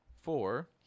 four